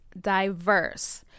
diverse